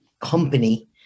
company